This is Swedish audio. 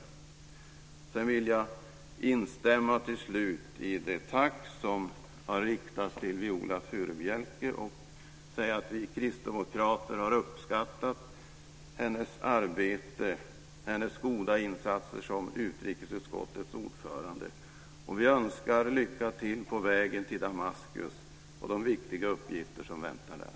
Till slut vill jag instämma i det tack som har riktats till Viola Furubjelke och säga att vi kristdemokrater har uppskattat hennes arbete och hennes goda insatser som utrikesutskottets ordförande. Och vi önskar henne lycka till på vägen till Damaskus och de viktiga uppgifter som väntar där.